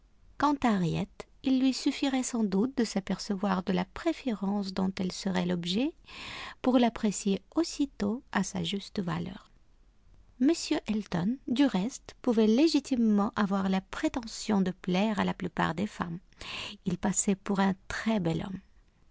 quant à harriet il lui suffirait sans doute de s'apercevoir de la préférence dont elle serait l'objet pour l'apprécier aussitôt à sa juste valeur m elton du reste pouvait légitimement avoir la prétention de plaire à la plupart des femmes il passait pour un très bel homme